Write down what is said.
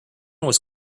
was